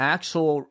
Actual